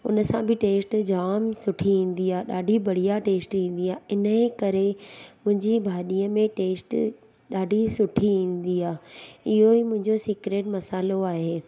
उन सां बि टेस्ट जाम सुठी ईंदी आहे ॾाढी बढ़िया टेस्ट ईंदी आहे इन जे करे मुंहिंजी भाॼीअ में टेस्ट ॾाढी सुठी ईंदी आहे इहो ई मुंहिंजी सीक्रेट मसालो आहे